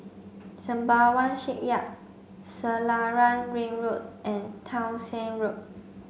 Sembawang Shipyard Selarang Ring Road and Townshend Road